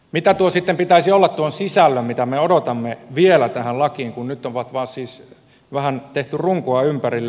mitä sitten pitäisi olla tuon sisällön mitä me odotamme vielä tähän lakiin kun nyt on vain siis vähän tehty runkoa ympärille